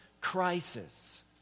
crisis